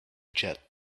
jet